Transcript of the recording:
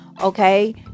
Okay